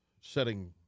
setting